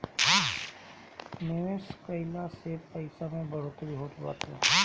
निवेश कइला से पईसा में बढ़ोतरी होत बाटे